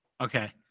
Okay